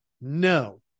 No